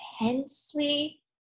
intensely